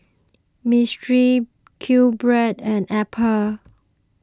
Mistral Qbread and Apple